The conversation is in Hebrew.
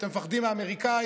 אתם מפחדים מהאמריקאים,